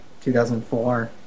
2004